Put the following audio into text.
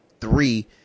three